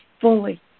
fully